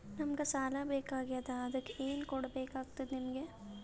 ನಮಗ ಸಾಲ ಬೇಕಾಗ್ಯದ ಅದಕ್ಕ ಏನು ಕೊಡಬೇಕಾಗ್ತದ ನಿಮಗೆ?